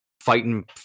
fighting